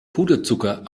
puderzucker